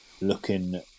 looking